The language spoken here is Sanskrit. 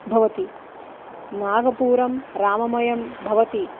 भवति नागपुरं राममयं भवति